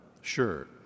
Sure